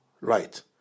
right